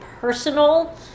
personal